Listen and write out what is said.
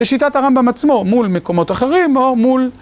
לשיטת הרמב״ם עצמו מול מקומות אחרים או מול.